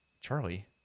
Charlie